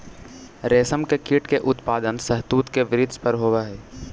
रेशम के कीट के उत्पादन शहतूत के वृक्ष पर होवऽ हई